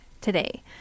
today